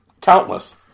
Countless